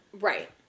Right